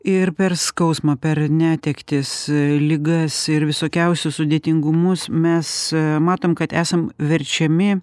ir per skausmą per netektis ligas ir visokiausius sudėtingumus mes matom kad esam verčiami